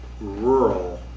rural